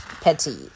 Petty